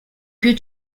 più